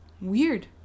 weird